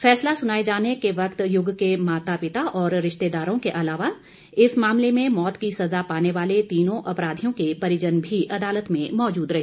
फैसला सुनाए जाने वक्त युग के माता पिता और रिस्तेदारों के अलावा इस मामले में मौत की सजा पाने वाले तीनों अपराधियों के परिजन भी अदालत में मौजूद रहे